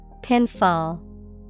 Pinfall